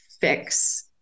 fix